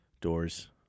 Doors